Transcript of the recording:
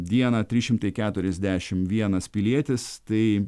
dieną trys šimtai keturiasdešim vienas pilietis tai